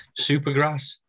Supergrass